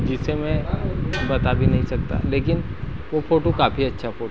जिसे में बता भी नहीं सकता लेकिन वो फोटू काफी अच्छा फोटू था